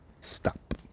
stop